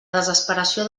desesperació